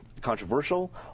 controversial